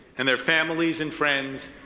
and their families and friends,